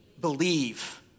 Believe